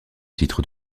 titres